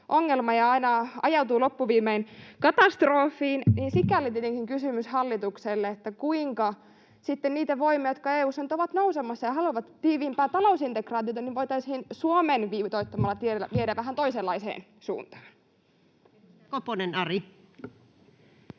ongelma ja aina ajautuu loppuviimein katastrofiin. Sikäli tietenkin kysymys hallitukselle: kuinka sitten niitä voimia, jotka EU:ssa nyt ovat nousemassa ja haluavat tiiviimpää talousintegraatiota, voitaisiin Suomen viitoittamalla tiellä viedä vähän toisenlaiseen suuntaan? [Speech